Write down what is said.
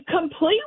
Completely